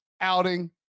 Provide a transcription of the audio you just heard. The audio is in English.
outing